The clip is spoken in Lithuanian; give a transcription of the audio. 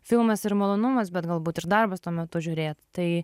filmas ir malonumas bet galbūt ir darbas tuo metu žiūrėt tai